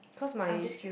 cause my